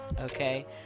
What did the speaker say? Okay